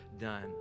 done